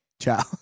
Ciao